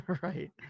right